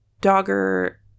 Dogger